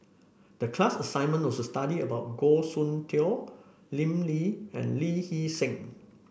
the class assignment was to study about Goh Soon Tioe Lim Lee and Lee Hee Seng